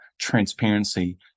transparency